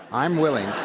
i'm willing